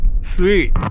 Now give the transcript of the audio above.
Sweet